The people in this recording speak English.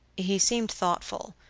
he seemed thoughtful,